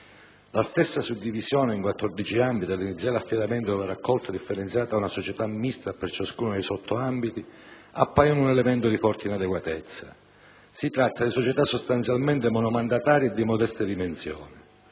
La stessa suddivisione in 14 ambiti e l'iniziale affidamento della raccolta differenziata ad una società mista per ciascuno dei sottoambiti appaiono un elemento di forte inadeguatezza. Si tratta di società sostanzialmente monomandatarie e di modeste dimensioni.